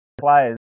players